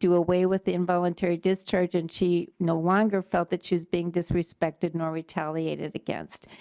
do away with the involuntary discharge and she no longer felt she was being disrespected nor retaliated against.